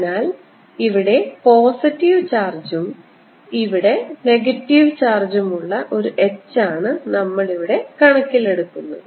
അതിനാൽ ഇവിടെ പോസിറ്റീവ് ചാർജും ഇവിടെ നെഗറ്റീവ് ചാർജും ഉള്ള ഒരു h ആണ് നമ്മൾ ഇവിടെ കണക്കിലെടുക്കുന്നത്